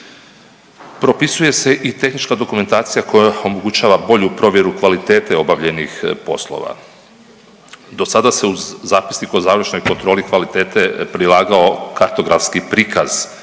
Propisuje se i tehnička dokumentacija koja omogućava bolju provjeru kvalitete obavljenih poslova. Dosada se u zapisnik o završnoj kontroli kvalitete prilagao kartografski prikaz